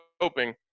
hoping